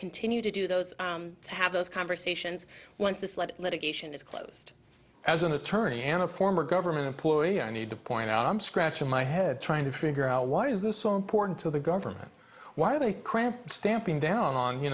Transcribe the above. continue to do those to have those conversations once this lead litigation is closed as an attorney and a former government employee i need to point out i'm scratching my head trying to figure out why is this so important to the government why are they stamping down on you